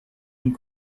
and